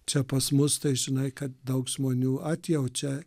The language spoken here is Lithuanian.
čia pas mus tai žinai kad daug žmonių atjaučia